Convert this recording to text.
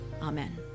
Amen